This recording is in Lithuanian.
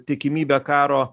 tikimybė karo